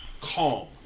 calm